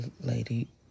lady